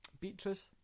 Beatrice